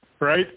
right